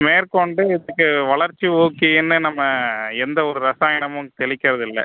மேற்கொண்டு இதுக்கு வளர்ச்சி ஊக்கினு நம்ம எந்த ஒரு ரசாயனமும் தெளிக்கறதில்லை